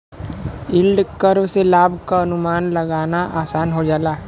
yield curve से लाभ क अनुमान लगाना आसान हो जाला